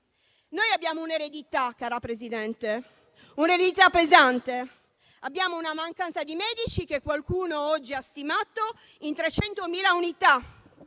Noi abbiamo un'eredità pesante, cara Presidente: abbiamo una mancanza di medici che qualcuno oggi ha stimato in 300.000 unità